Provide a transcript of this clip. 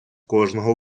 кожного